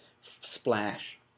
splash